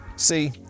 See